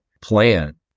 plan